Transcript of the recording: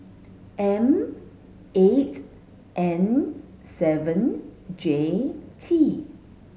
M eight N seven J T